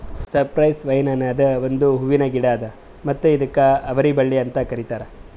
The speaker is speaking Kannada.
ಸೈಪ್ರೆಸ್ ವೈನ್ ಅನದ್ ಒಂದು ಹೂವಿನ ಗಿಡ ಅದಾ ಮತ್ತ ಇದುಕ್ ಅವರಿ ಬಳ್ಳಿ ಅಂತ್ ಕರಿತಾರ್